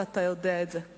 ואתה יודע את זה.